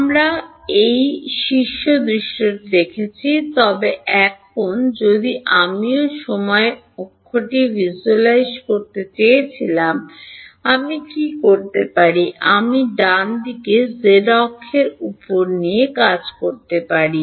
আমরা সেই শীর্ষ দৃশ্যটি দেখছি তবে এখন যদি আমিও সময় অক্ষটি ভিজ্যুয়ালাইজ করতে চেয়েছিলাম আমি কী করতে পারি আমি ডানদিকে z অক্ষের উপরে নিয়ে যেতে পারি